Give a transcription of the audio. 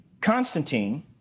Constantine